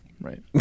Right